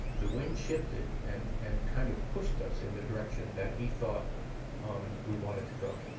the wind shifted and and kind of pushed us in the direction that he thought um we wanted to go.